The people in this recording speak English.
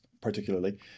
particularly